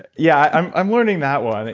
yeah, i'm i'm learning that one.